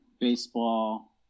baseball